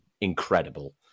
incredible